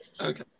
Okay